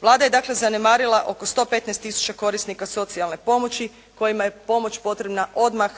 Vlada je dakle zanemarila oko 115 tisuća korisnika socijalne pomoći kojima je pomoć potrebna odmah,